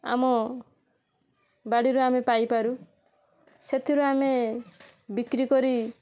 ଆମ ବାଡ଼ିରୁ ଆମେ ପାଇପାରୁ ସେଥିରୁ ଆମେ ବିକ୍ରି କରି